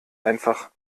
einfach